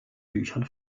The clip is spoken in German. büchern